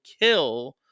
kill